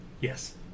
Yes